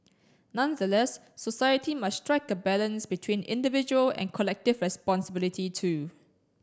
nonetheless society must strike a balance between individual and collective responsibility too